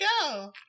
go